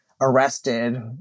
arrested